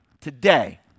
today